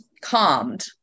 calmed